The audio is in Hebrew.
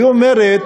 היא אומרת